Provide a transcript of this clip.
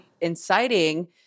inciting